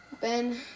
Ben